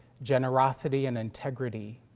generosity and integrity.